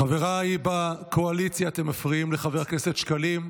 חבריי בקואליציה, אתם מפריעים לחבר הכנסת שקלים.